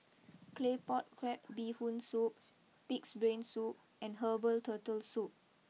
Claypot Crab BeeHoon Soup Pig's Brain Soup and Herbal Turtle Soup